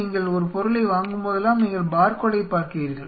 நீங்கள் ஒரு பொருளை வாங்கும்போதெல்லாம் நீங்கள் பார்கோடைப் பார்க்கிறீர்கள்